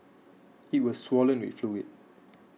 it was swollen with fluid